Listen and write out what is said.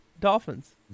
Dolphins